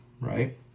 Right